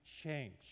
change